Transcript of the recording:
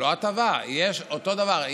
לא הטבה, אותו דבר.